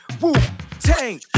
Wu-Tang